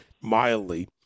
mildly